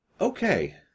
okay